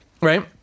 Right